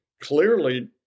clearly